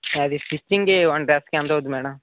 అది స్టిచింగే one dress కి ఎంత అవ్వుద్ది మ్యాడం